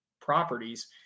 properties